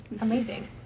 Amazing